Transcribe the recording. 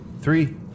three